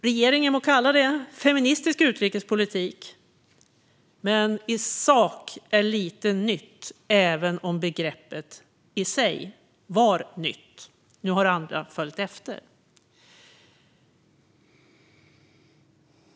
Regeringen må kalla det feministisk utrikespolitik, men i sak är lite nytt även om begreppet i sig var nytt. Nu har andra följt efter.